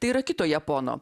tai yra kito japono